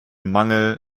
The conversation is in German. mangel